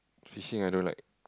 fishing I don't like